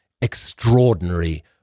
extraordinary